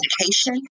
education